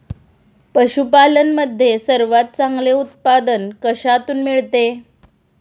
पशूपालन मध्ये सर्वात चांगले उत्पादन कशातून मिळते?